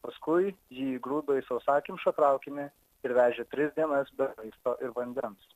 paskui jį įgrūdo į sausakimšą traukinį ir vežė tris dienas be maisto ir vandens